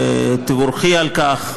ותבורכי על כך,